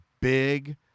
big